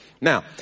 Now